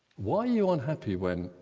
why are you unhappy when,